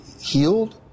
healed